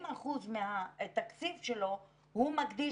לפני כמה שנים ש-40% מהתקציב שלו הוא מקדיש